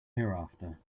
hereafter